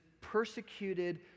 persecuted